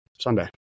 Sunday